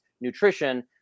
nutrition